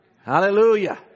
Hallelujah